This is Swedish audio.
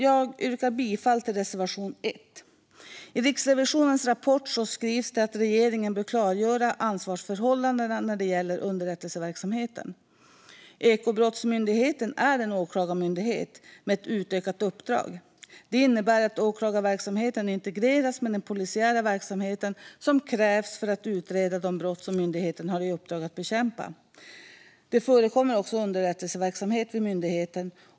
Jag yrkar bifall till reservation 1. I sin rapport skriver Riksrevisionen att regeringen bör klargöra ansvarsförhållandena när det gäller underrättelseverksamheten. Ekobrottsmyndigheten är en åklagarmyndighet med ett utökat uppdrag. Det innebär att åklagarverksamheten integreras med den polisiära verksamhet som krävs för att utreda de brott som myndigheten har i uppdrag att bekämpa. Det förekommer också underrättelseverksamhet vid myndigheten.